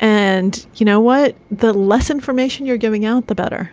and and you know what? the less information you're giving out, the better